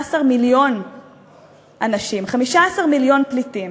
ב-15 מיליון אנשים, 15 מיליון פליטים.